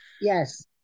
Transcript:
yes